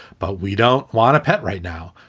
but we don't want a pet right now.